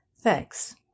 Thanks